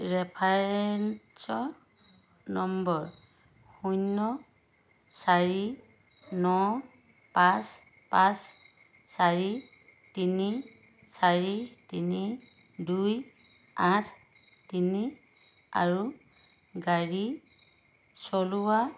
reference number শূন্য চাৰি ন পাঁচ পাঁচ চাৰি তিনি চাৰি তিনি দুই আঠ তিনি আৰু গাড়ী চলোৱা